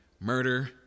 murder